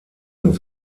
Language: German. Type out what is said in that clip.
und